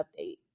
update